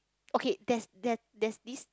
okay there's there there's this